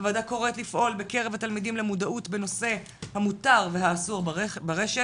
הוועדה קוראת לפעול בקרב התלמידים למודעות בנושא המותר והאסור ברשת.